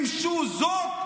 מימשו זאת.